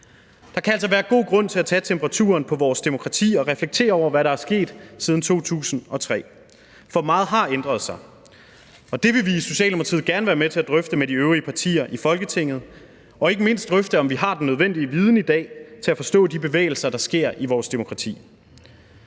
Der kan altså være god grund til at tage temperaturen på vores demokrati og reflektere over, hvad der er sket siden 2003. For meget har ændret sig. Det vil vi i Socialdemokratiet gerne være med til at drøfte med de øvrige partier i Folketinget, ikke mindst drøfte, om vi har den nødvendige viden i dag til at forstå de bevægelser, der sker i vores demokrati.